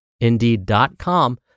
indeed.com